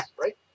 right